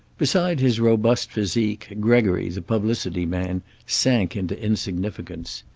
beside his robust physique, gregory, the publicity man, sank into insignificance.